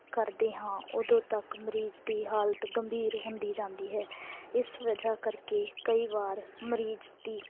ਕਰਦੇ ਹਾਂ ਉਦੋਂ ਤੱਕ ਮਰੀਜ਼ ਦੀ ਹਾਲਤ ਗੰਭੀਰ ਹੁੰਦੀ ਜਾਂਦੀ ਹੈ ਇਸ ਵਜ੍ਹਾ ਕਰਕੇ ਕਈ ਵਾਰ ਮਰੀਜ਼ ਦੀ